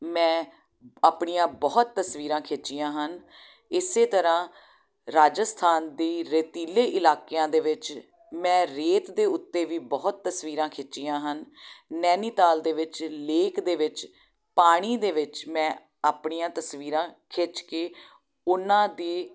ਮੈਂ ਆਪਣੀਆਂ ਬਹੁਤ ਤਸਵੀਰਾਂ ਖਿੱਚੀਆਂ ਹਨ ਇਸ ਤਰ੍ਹਾਂ ਰਾਜਸਥਾਨ ਦੇ ਰੇਤੀਲੇ ਇਲਾਕਿਆਂ ਦੇ ਵਿੱਚ ਮੈਂ ਰੇਤ ਦੇ ਉੱਤੇ ਵੀ ਬਹੁਤ ਤਸਵੀਰਾਂ ਖਿੱਚੀਆਂ ਹਨ ਨੈਨੀਤਾਲ ਦੇ ਵਿੱਚ ਲੇਕ ਦੇ ਵਿੱਚ ਪਾਣੀ ਦੇ ਵਿੱਚ ਮੈਂ ਆਪਣੀਆਂ ਤਸਵੀਰਾਂ ਖਿੱਚ ਕੇ ਉਹਨਾਂ ਦੇ